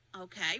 Okay